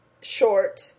short